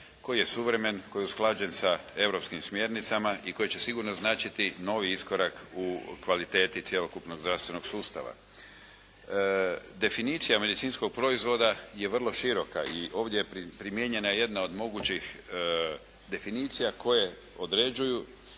koji je suvremen, koji je usklađen sa europskim smjernicama i koji će sigurno značiti novi iskorak u kvaliteti cjelokupnog zdravstvenog sustava. Definicija medicinskog proizvoda je vrlo široka i ovdje je primijenjena jedna od mogućih definicija koje određuju